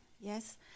yes